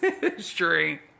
history